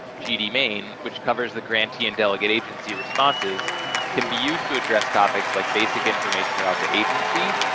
gd main, which covers the grantee and delegate agency responses can be used to address topics like basic information about the agency,